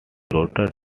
rotor